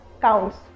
counts